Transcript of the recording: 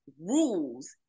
rules